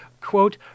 Quote